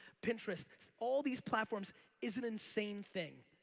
pinterest all these platforms is an insane thing.